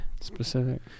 Specific